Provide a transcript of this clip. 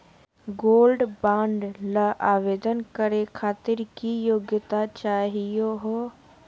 Gold bond ल आवेदन करे खातीर की योग्यता चाहियो हो?